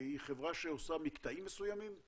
הן חברות שעושות מקטעים מסוימים?